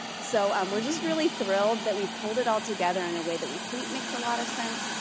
so um we're just really thrilled that we've pulled it all together in a way that we think makes a lot of sense.